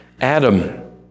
Adam